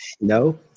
no